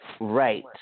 Right